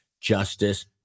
justice